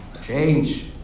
Change